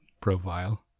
profile